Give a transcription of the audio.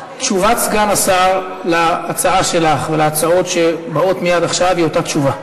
תשובת סגן השר על ההצעה שלך ועל הצעות שבאות מייד עכשיו היא אותה תשובה,